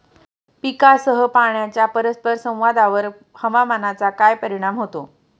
पीकसह पाण्याच्या परस्पर संवादावर हवामानाचा काय परिणाम होतो?